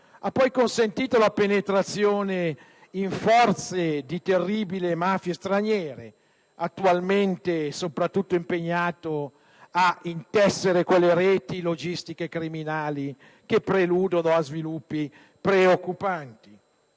ha poi consentito la penetrazione in forze di terribili mafie straniere, attualmente soprattutto impegnate a intessere quelle reti logistiche criminali che preludono a sviluppi preoccupanti.